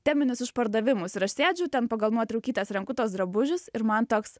teminius išpardavimus ir aš sėdžiu ten pagal nuotraukytes renku tuos drabužius ir man toks